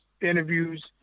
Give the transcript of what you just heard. interviews